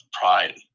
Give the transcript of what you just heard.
pride